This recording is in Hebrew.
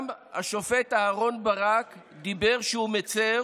גם השופט אהרן ברק דיבר על כך שהוא מצר